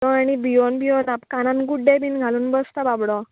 तो आणी भियोन भियोन आप कानान गुड्डे बीन घालून बसता बाबडो